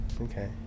okay